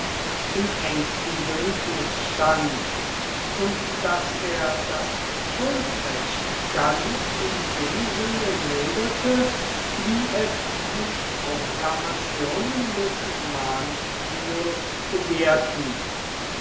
im engsten bündnis stand und daß er das schuldrecht ganz in dem sinne milderte wie es die proklamationen des manlius begehrten